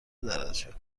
درجه